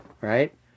right